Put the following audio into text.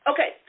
Okay